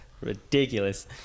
Ridiculous